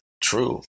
true